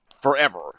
forever